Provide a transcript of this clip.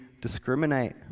discriminate